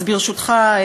אז ברשותך,